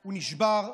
הוא נשבר,